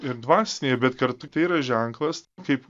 ir dvasiniai bet kartu tai yra ženklas kaip